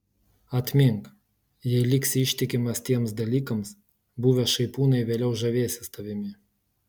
atmink jei liksi ištikimas tiems dalykams buvę šaipūnai vėliau žavėsis tavimi